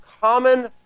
common